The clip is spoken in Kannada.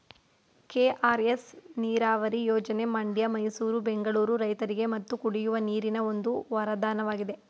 ಕೆ.ಆರ್.ಎಸ್ ನೀರವರಿ ಯೋಜನೆ ಮಂಡ್ಯ ಮೈಸೂರು ಬೆಂಗಳೂರು ರೈತರಿಗೆ ಮತ್ತು ಕುಡಿಯುವ ನೀರಿಗೆ ಒಂದು ವರದಾನವಾಗಿದೆ